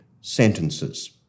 sentences